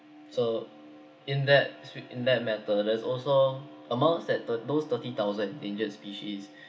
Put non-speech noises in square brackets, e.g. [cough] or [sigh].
so in that s~ in that matter there's also amongst that the those thirty thousand endangered species [breath]